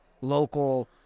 local